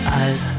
eyes